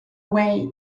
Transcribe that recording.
way